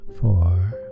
four